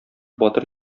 батыр